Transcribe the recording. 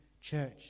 church